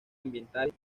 ambientales